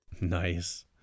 nice